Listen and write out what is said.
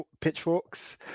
pitchforks